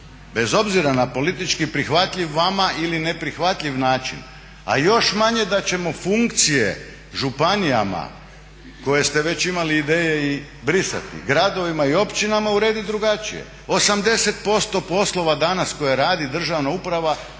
bez obzira na politički prihvatljiv vama ili neprihvatljiv način, a još manje da ćemo funkcije županijama koje ste već imali ideje i brisati, gradovima i općinama urediti drugačije. 80% poslova danas koje radi državna uprava